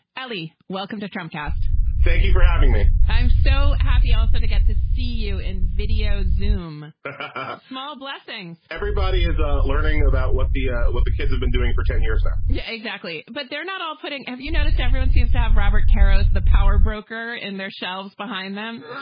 ali, welcome to trump cast thank you for having me. i'm so happy also to get to see you in videos zoom small blessings. everybody is ah learning about what the yeah what the kids have been doing for ten years yeah, yeah exactly. but they're not all putting. have you noticed everyone seems to have robert caro's the power broker and their shelves behind them